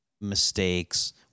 mistakes